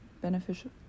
beneficial